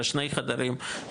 לשני חדרים,